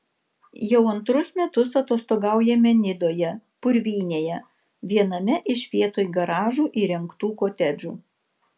jau antrus metus atostogaujame nidoje purvynėje viename iš vietoj garažų įrengtų kotedžų